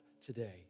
today